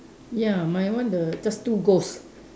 ya my one the just two ghost